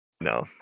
No